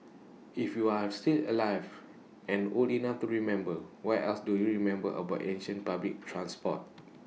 if you're still alive and old enough to remember what else do you remember about ancient public transport